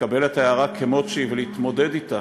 ולקבל את ההערה כמו שהיא ולהתמודד אתה,